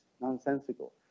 nonsensical